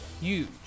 huge